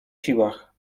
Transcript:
siłach